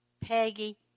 peggy